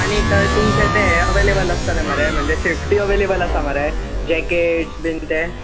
आनी थंय तुमचे ते हे अवेलेबल आसतले मरे म्हणजे सेफ्टी अवेलेबल आसा मरे जेकेट्स बीन ते